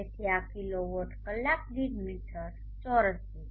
તેથી આ કિલોવોટ કલાક દીઠ મીટર ચોરસ દીઠ